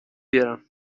بیارم